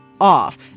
off